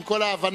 עם כל ההבנה,